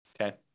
Okay